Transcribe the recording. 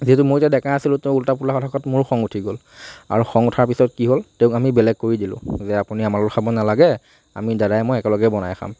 যিহেতু মই এতিয়া ডেকা আছিলোঁ তেওঁ উল্টা পুল্টা কথা কোৱাত মোৰো খং উঠি গ'ল আৰু খং উঠাৰ পিছত কি হ'ল তেওঁক আমি বেলেগ কৰি দিলো যে আপুনি আমাৰ লগত খাব নেলাগে আমি দাদাই মই একে লগে বনাই খাম